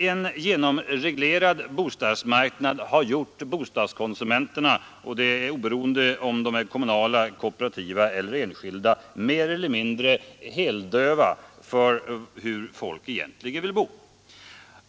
En genomreglerad bostadsmarknad har gjort bostadsföretagen, oberoende av om de är kommunala, kooperativa eller enskilda, mer eller mindre heldöva för hur folk egentligen vill bo.